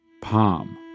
Palm